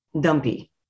dumpy